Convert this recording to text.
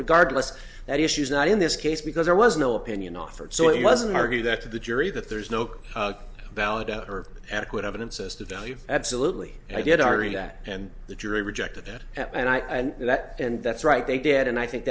regardless that issue's not in this case because there was no opinion offered so it wasn't argue that to the jury that there is no valid out or adequate evidence as to value absolutely and i did r t that and the jury rejected it and i know that and that's right they did and i think